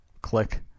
Click